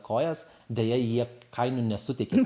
kojas deja jie kainų nesuteikia